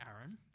Aaron